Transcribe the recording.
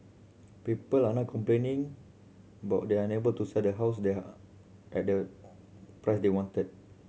people are now complaining they are unable to sell their house there at the price they wanted